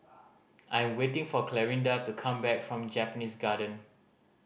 I'm waiting for Clarinda to come back from Japanese Garden